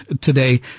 today